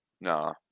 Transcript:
No